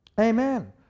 Amen